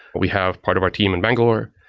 we have part of our team in bangalore.